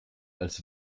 als